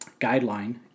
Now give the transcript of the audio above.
guideline